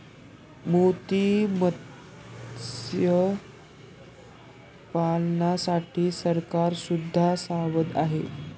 मोती मत्स्यपालनासाठी सरकार सुद्धा सावध आहे